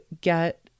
get